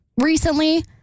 recently